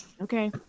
Okay